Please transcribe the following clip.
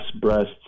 breasts